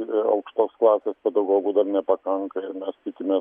ir aukštos klasės pedagogų dar nepakanka ir mes sakykime